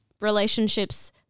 relationships